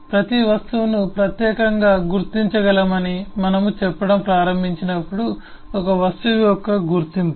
ప్రతి వస్తువును ప్రత్యేకంగా గుర్తించగలమని మనము చెప్పడం ప్రారంభించినప్పుడు ఒక వస్తువు యొక్క గుర్తింపు